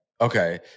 Okay